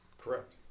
Correct